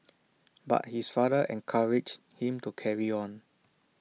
but his father encouraged him to carry on